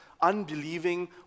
unbelieving